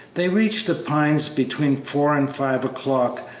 they reached the pines between four and five o'clock.